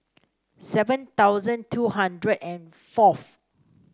seven thousand two hundred and fourth